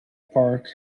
park